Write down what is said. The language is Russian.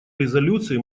резолюции